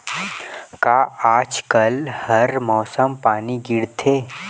का आज कल हर मौसम पानी गिरथे?